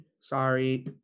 Sorry